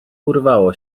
urwało